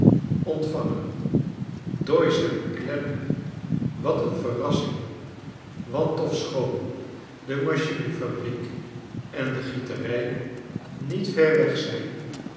doyce en clennam wat een verrassing want ofschoon de machinefabriek en de gieterij niet ver weg zijn